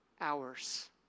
hours